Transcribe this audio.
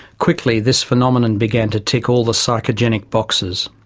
quickly this phenomenon began to tick all the psychogenic boxes.